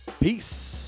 Peace